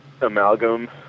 amalgam